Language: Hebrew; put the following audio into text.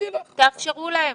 תאפשרו להם,